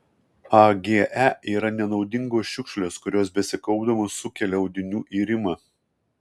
age yra nenaudingos šiukšlės kurios besikaupdamos sukelia audinių irimą